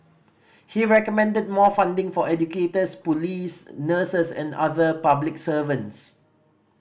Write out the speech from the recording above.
he recommended more funding for educators police nurses and other public servants